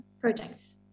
projects